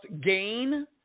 gain